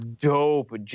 dope